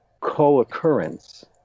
co-occurrence